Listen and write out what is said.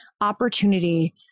opportunity